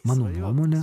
mano nuomone